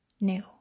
new